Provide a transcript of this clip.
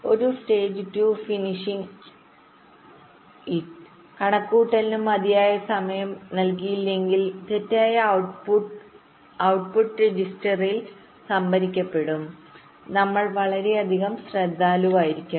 ഒരു stage 2 finish it കണക്കുകൂട്ടലിന് മതിയായ സമയം നൽകിയില്ലെങ്കിൽ തെറ്റായ ഔട്ട്പുട് ഔട്ട്പുട്ട് രജിസ്റ്ററിൽ സംഭരിക്കപ്പെടും നമ്മൾ വളരെ ശ്രദ്ധാലുവായിരിക്കണം